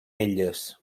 elles